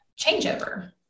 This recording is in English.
changeover